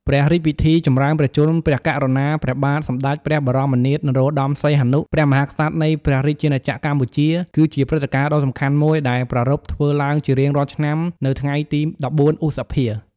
ព្រះរាជពិធីបុណ្យចម្រើនព្រះជន្ម ព្រះករុណា ព្រះបាទសម្តេច ព្រះបរមនាថ នរោត្តម សីហមុនី ព្រះមហាក្សត្រ នៃព្រះរាជាណាចក្រកម្ពុជា គឺជាព្រឹត្តិការណ៍ដ៏សំខាន់មួយដែលប្រារព្ធធ្វើឡើងជារៀងរាល់ឆ្នាំនៅថ្ងៃទី ១៤ ឧសភា។